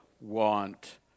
want